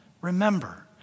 remember